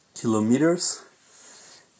kilometers